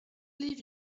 leave